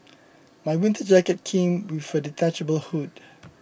my winter jacket came with a detachable hood